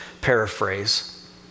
paraphrase